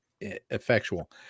effectual